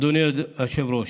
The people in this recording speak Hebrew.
אדוני היושב-ראש,